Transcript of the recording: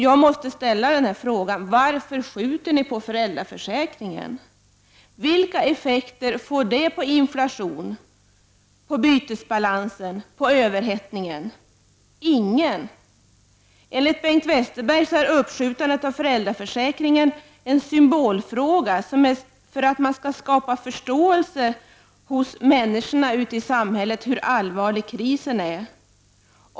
Jag måste ställa frågan: Varför skjuter ni på föräldraförsäkringen? Vilka effekter får det på inflationen, på bytesbalansen, på överhettningen? Inga! Enligt Bengt Westerberg är uppskjutandet av den förlängda föräldraförsäkringen en symbolfråga, för att man skall skapa förståelse hos människorna ute i samhället för hur allvarlig krisen är.